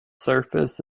surface